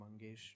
Mangesh